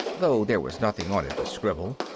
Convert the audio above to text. though there was nothing on it but scribble,